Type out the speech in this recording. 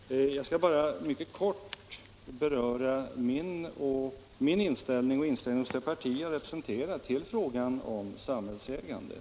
Herr talman! Jag skall bara helt kort beröra min inställning och inställningen i det parti som jag representerar när det gäller frågan om samhällsägandet.